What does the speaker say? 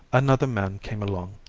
another man came along.